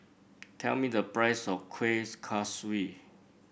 tell me the price of Kueh Kaswi